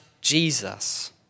Jesus